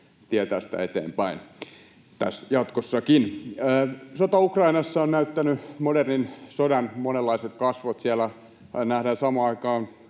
tie tästä eteenpäin jatkossakin. Sota Ukrainassa on näyttänyt modernin sodan monenlaiset kasvot. Siellä nähdään samaan aikaan